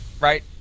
Right